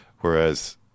Whereas